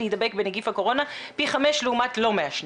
להידבק בנגיף הקורונה: פי חמש לעומת לא מעשנים.